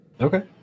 Okay